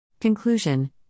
Conclusion